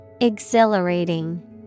Exhilarating